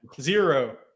zero